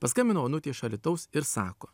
paskambino onutė iš alytaus ir sako